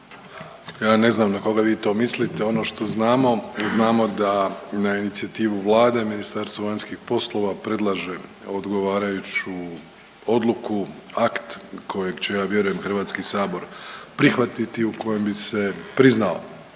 Ja ne znam na koga vi to mislite. Ono što znamo, znamo da na inicijativu Vlade MVEP predlaže odgovarajuću odluku, akt kojeg će ja vjerujem HS prihvatiti u kojem bi se priznao